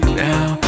now